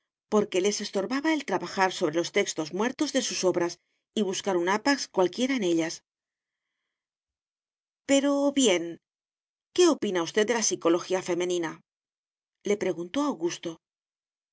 porque les estorbaba el trabajar sobre los textos muertos de sus obras y buscar un apax cualquiera en ellas pero bien qué opina usted de la psicología femenina le preguntó augusto